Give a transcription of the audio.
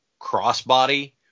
crossbody